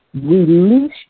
Release